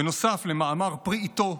נוסף למאמר פרי עטו,